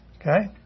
Okay